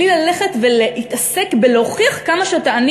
בלי ללכת ולהתעסק בלהוכיח כמה שאתה עני